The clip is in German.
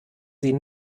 sie